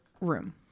room